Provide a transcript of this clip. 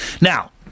Now